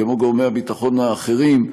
כמו גורמי הביטחון האחרים,